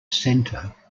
centre